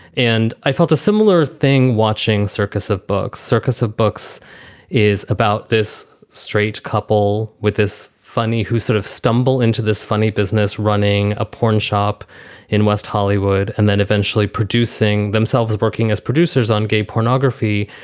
and i felt a similar thing watching circus of books. circus of books is about this straight couple with this funny who sort of stumble into this funny business running a pawnshop in west hollywood and then eventually producing themselves, working as producers on gay pornography.